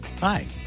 Hi